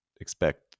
expect